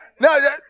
no